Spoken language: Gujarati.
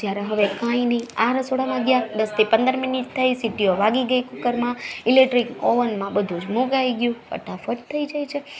જ્યારે હવે કઈ નહીં આ રસોડામાં ગયા દસથી પંદર મિનિટ થાય સિટીઓ વાગી ગઈ કુકરમાં ઇલેક્ટ્રિક ઓવનમાં બધુ જ મુકાઈ ગયું ફટાફટ થઈ જાય છે